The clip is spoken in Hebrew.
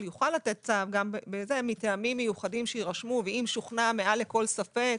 יוכל לתת צו מטעמים מיוחדים שיירשמו ואם שוכנע מעל כל ספק.